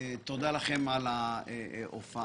תודה לכם על ההופעה.